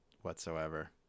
whatsoever